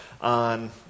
on